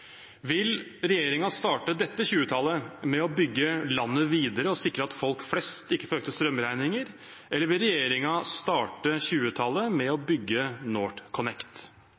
Vil regjeringen starte dette 20-tallet med å bygge landet videre og sikre at folk flest ikke får økte strømregninger? Eller vil regjeringen starte 20-tallet med å bygge NorthConnect?